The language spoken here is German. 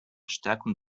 stärkung